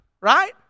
Right